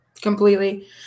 completely